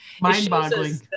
mind-boggling